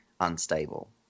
unstable